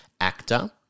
actor